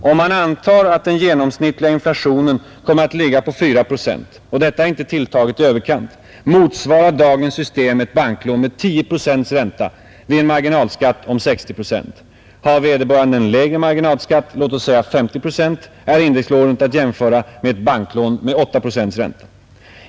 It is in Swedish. Om man antar att den genomsnittliga inflationen kommer att ligga på 4 procent per år — och detta är inte tilltaget i överkant — motsvarar dagens system ett banklån med 10 procents ränta vid en marginalskatt av 60 procent. Har vederbörande en lägre marginalskatt — låt oss säga 50 procent — är indexlånet att jämföra med ett banklån med 8 procents ränta.